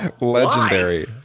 Legendary